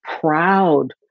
proud